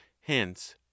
hence